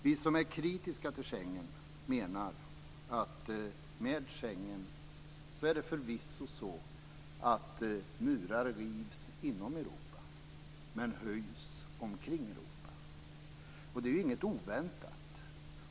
Vi som är kritiska till Schengen menar att det med Schengen förvisso är så att murar rivs inom Europa men de höjs omkring Europa. Det är inte oväntat.